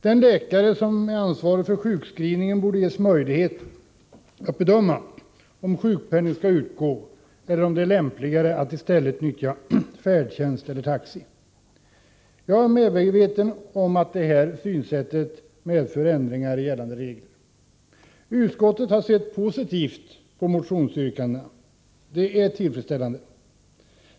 Den läkare som är ansvarig för sjukskrivningen borde ges möjlighet att bedöma om sjukpenning skall utgå, eller om det är lämpligare att personen i stället får nyttja färdtjänst eller taxi. Jag är medveten om att detta synsätt medför ändringar i gällande regler. Utskottet har sett positivt på motionsyrkandet, och det är tillfredsställande.